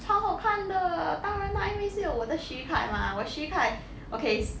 超好看的当然啦因为是有我的许凯嘛我的许凯 okays